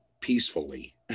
peacefully